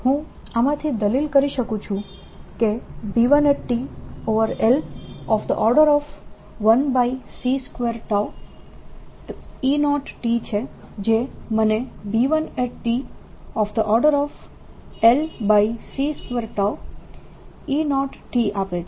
હું આમાંથી દલીલ કરી શકું છું કે B1l1c2E0 છે જે મને B1lc2E0 આપે છે